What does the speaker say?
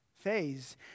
phase